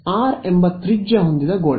R ಎಂಬ ತ್ರಿಜ್ಯ ಹೊಂದಿದ ಗೋಳ